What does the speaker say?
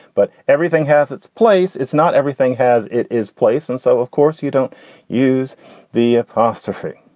but everything has its place. it's not everything has. it is place. and so, of course, you don't use the apostrophe.